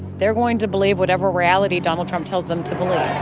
they're going to believe whatever reality donald trump tells them to believe.